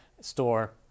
store